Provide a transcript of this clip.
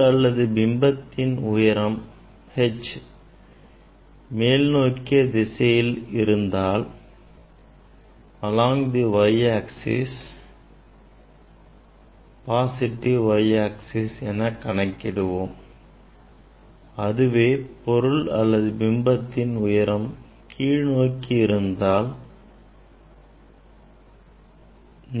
பொருள் அல்லது பிம்பத்தின் உயரம் h மேல் நோக்கிய திசையில் இருந்தால் along the y axis right positive y axis என கணக்கிடுவோம் அதுவே பொருள் அல்லது பிம்பத்தின் உயரம் கீழ் நோக்கி இருந்தால்